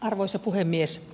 arvoisa puhemies